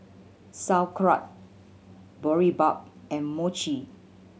Sauerkraut Boribap and Mochi